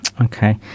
Okay